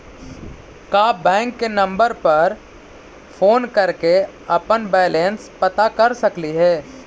का बैंक के नंबर पर फोन कर के अपन बैलेंस पता कर सकली हे?